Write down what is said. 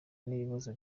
n’ibibazo